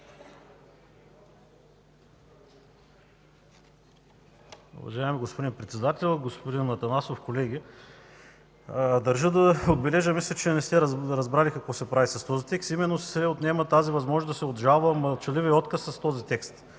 Уважаеми господин Председател, господин Атанасов, колеги! Държа да отбележа: мисля, че не сте разбрали какво се прави с този текст – именно се отнема тази възможност да се обжалва мълчаливият отказ.